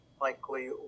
likely